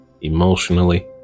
emotionally